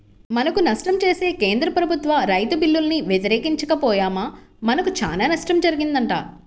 మనకు నష్టం చేసే కేంద్ర ప్రభుత్వ రైతు బిల్లుల్ని వ్యతిరేకించక పొయ్యామా మనకు చానా నష్టం జరిగిద్దంట